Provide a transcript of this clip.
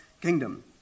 kingdom